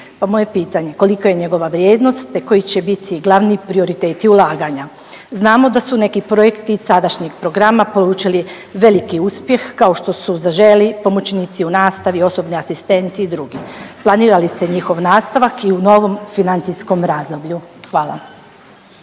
moje pitanje, kolika je njegova vrijednost, te koji će biti glavni prioriteti ulaganja? Znamo da su neki projekti iz sadašnjeg programa polučili veliki uspjeh kao što su „Zaželi“, pomoćnici u nastavi, osobni asistenti i drugi, planira li se njihov nastavak i u novom financijskom razdoblju? Hvala.